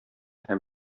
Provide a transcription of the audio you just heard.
һәм